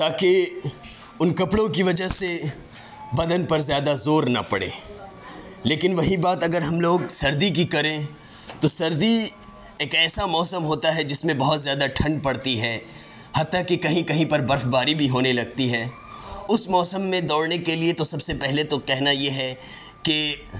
تاکہ ان کپڑوں کی وجہ سے بدن پر زیادہ زور نہ پڑے لیکن وہی بات اگر ہم لوگ سردی کی کریں تو سردی ایک ایسا موسم ہوتا ہے جس میں بہت زیادہ ٹھنڈ پڑتی ہے حتٰی کہ کہیں کہیں پر برف باری بھی ہونے لگتی ہے اس موسم میں دوڑنے کے لیے تو سب سے پہلے تو کہنا یہ ہے کہ